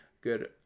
good